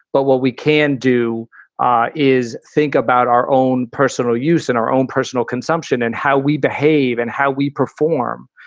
but what we can do ah is think about our own personal use in our own personal consumption and how we behave and how we perform.